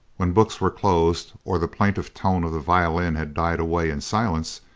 when books were closed or the plaintive tones of the violin had died away in silence,